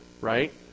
right